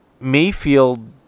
Mayfield